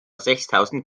sechstausend